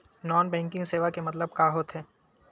Non banking सेवा के मतलब का होथे?